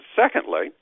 secondly